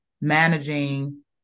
managing